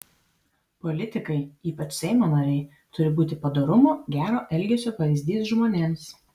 politikai ypač seimo nariai turi būti padorumo gero elgesio pavyzdys žmonėms